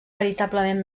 veritablement